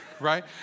right